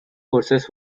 courses